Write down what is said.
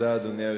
אדוני.